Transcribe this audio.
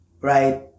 right